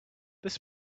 this